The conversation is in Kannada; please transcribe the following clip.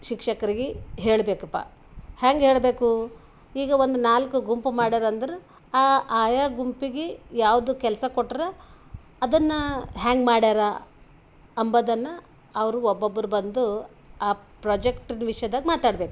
ಶಿಕ್ಷಕ್ರಿಗೆ ಹೇಳಬೇಕಪ್ಪ ಹ್ಯಾಂಗ ಹೇಳಬೇಕು ಈಗ ಒಂದು ನಾಲ್ಕು ಗುಂಪು ಮಾಡ್ಯಾರ ಅಂದ್ರೆ ಆ ಆಯಾ ಗುಂಪಿಗೆ ಯಾವುದು ಕೆಲಸ ಕೊಟ್ರೆ ಅದನ್ನು ಹ್ಯಾಂಗೆ ಮಾಡ್ಯಾರ ಅಂಬುದನ್ನ ಅವರು ಒಬ್ಬೊಬ್ರು ಬಂದು ಆ ಪ್ರೊಜೆಕ್ಟ್ದು ವಿಷ್ಯದಾಗ ಮಾತಾಡ್ಬೇಕು